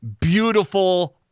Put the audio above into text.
beautiful